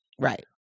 Right